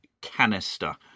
canister